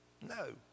No